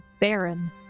baron